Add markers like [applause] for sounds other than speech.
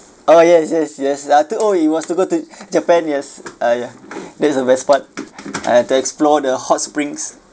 oh yes yes yes oh he wants to go to [breath] japan yes ah ya that is the best part uh to explore the hot springs